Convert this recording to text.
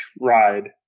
ride